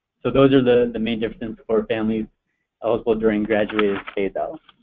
so those are the the main differences for families also during graduated phaseout.